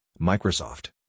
Microsoft